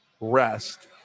rest